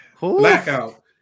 Blackout